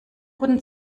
guten